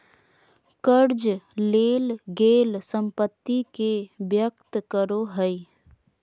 कर्ज लेल गेल संपत्ति के व्यक्त करो हइ